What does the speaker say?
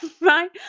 right